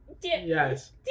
Yes